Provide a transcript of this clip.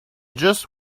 just